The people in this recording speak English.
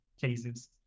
cases